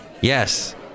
Yes